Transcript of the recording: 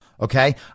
okay